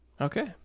Okay